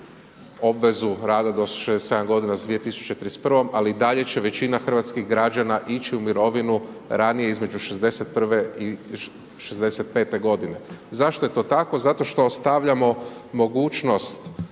obvezu rada do 67 godina sa 2031. ali i dalje će većina hrvatskih građana ići u mirovinu ranije između 61. i 65. godine. Zašto je to tako? Zato što ostavljamo mogućnost